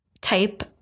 type